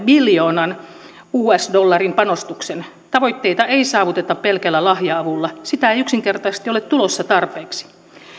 biljoonan us dollarin panostuksen tavoitteita ei saavuteta pelkällä lahja avulla sitä ei yksinkertaisesti ole tulossa tarpeeksi